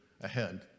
ahead